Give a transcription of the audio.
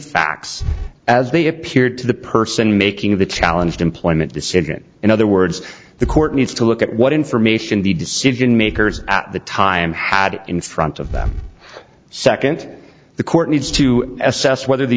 facts as they appear to the person making the challenge employment decision in other words the court needs to look at what information the decision makers at the time had in front of them second the court needs to assess whether the